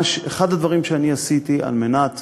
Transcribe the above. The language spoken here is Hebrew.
אחד הדברים שעשיתי על מנת